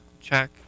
check